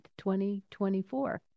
2024